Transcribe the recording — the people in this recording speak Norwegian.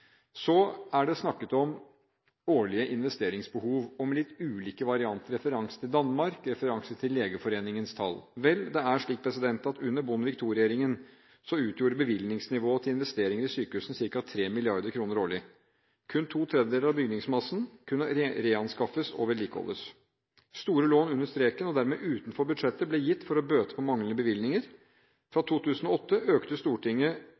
Så har det blitt snakket om årlige investeringsbehov, om litt ulike varianter, med referanse til Danmark og med referanse til Legeforeningens tall. Under Bondevik II-regjeringen utgjorde bevilgningsnivået til investeringer i sykehusene ca. 3 mrd. kr årlig. Kun to tredjedeler av bygningsmassen kunne reanskaffes og vedlikeholdes. Store lån under streken, og dermed utenfor budsjettet, ble gitt for å bøte på manglende bevilgninger. Fra 2008 økte Stortinget